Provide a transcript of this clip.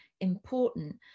important